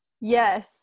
Yes